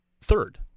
third